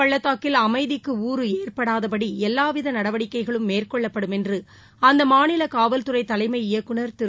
பள்ளத்தாக்கில் அமைதிக்கு காஷ்மீர் நடவடிக்கைகளும் மேற்கொள்ளப்படும் என்று அந்த மாநில காவல்துறை தலைமை இயக்குந் திரு